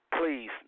Please